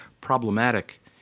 problematic